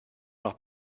noch